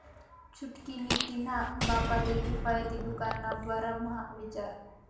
छुटकी नी तिन्हा बापले किफायती दुकान ना बारा म्हा विचार